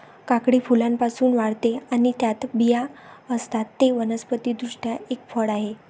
काकडी फुलांपासून वाढते आणि त्यात बिया असतात, ते वनस्पति दृष्ट्या एक फळ आहे